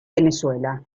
venezuela